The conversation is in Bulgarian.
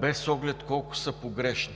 без оглед колко са погрешни!